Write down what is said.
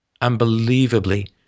Unbelievably